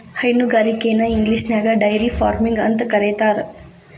ಹೈನುಗಾರಿಕೆನ ಇಂಗ್ಲಿಷ್ನ್ಯಾಗ dairy farming ಅಂತ ಕರೇತಾರ